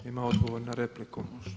Ima odgovor na repliku?